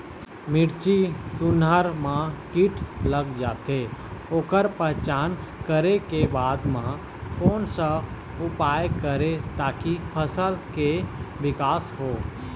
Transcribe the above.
मिर्ची, तुंहर मा कीट लग जाथे ओकर पहचान करें के बाद मा कोन सा उपाय करें ताकि फसल के के विकास हो?